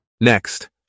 Next